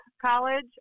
college